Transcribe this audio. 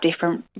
different